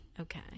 Okay